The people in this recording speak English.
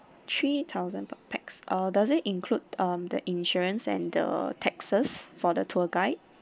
three thousand per pax uh doesn't include um the insurance and the taxes for the tour guide